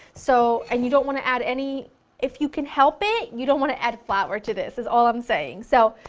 so and you don't want to add any if you can help it you don't want to add flour to this, that's all i'm saying. so,